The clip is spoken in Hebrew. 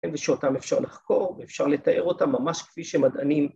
כן, ‫ושאותם אפשר לחקור, ‫ואפשר לתאר אותם ממש כפי שמדענים...